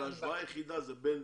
אבל ההשוואה היחידה זה בין